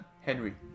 Henry